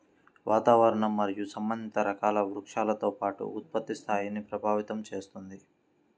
వాతావరణం మరియు సంబంధిత రకాల వృక్షాలతో పాటు ఉత్పత్తి స్థాయిని ప్రభావితం చేస్తుంది